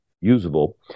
usable